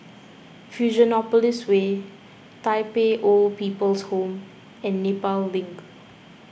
Fusionopolis Way Tai Pei Old People's Home and Nepal Link